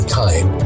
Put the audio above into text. time